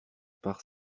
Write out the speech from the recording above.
par